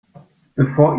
bevor